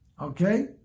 Okay